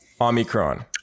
Omicron